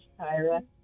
Tyra